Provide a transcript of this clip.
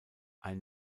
ein